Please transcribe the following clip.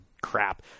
crap